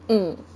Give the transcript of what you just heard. mm